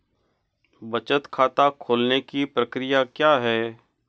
बचत खाता खोलने की प्रक्रिया क्या है?